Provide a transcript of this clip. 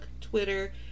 Twitter